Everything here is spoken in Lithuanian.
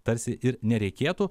tarsi ir nereikėtų